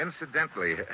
incidentally